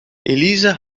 elise